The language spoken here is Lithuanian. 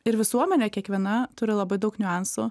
ir visuomenė kiekviena turi labai daug niuansų